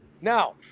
Now